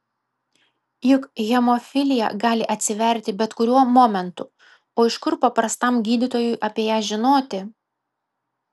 juk hemofilija gali atsiverti bet kuriuo momentu o iš kur paprastam gydytojui apie ją žinoti